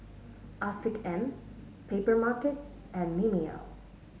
Afiq M Papermarket and Mimeo